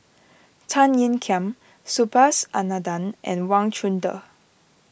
Tan Ean Kiam Subhas Anandan and Wang Chunde